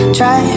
Try